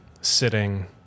sitting